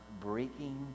breaking